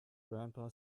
grandpa